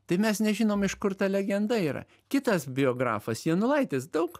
tai mes nežinom iš kur ta legenda yra kitas biografas janulaitis daug